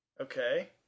Okay